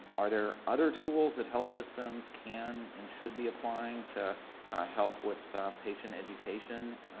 are there other tools that health systems can and should be applying to help with patient education?